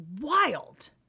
wild